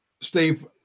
Steve